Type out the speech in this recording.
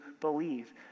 believe